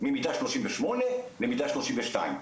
ממידה 38 למידה 32,